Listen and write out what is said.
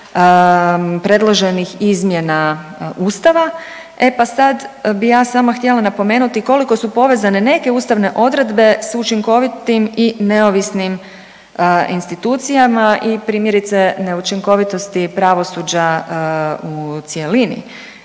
predloženih izmjena ustava, e pa sad bi ja samo htjela napomenuti koliko su povezane neke ustavne odredbe s učinkovitim i neovisnim institucijama i primjerice neučinkovitosti pravosuđa u cjelini.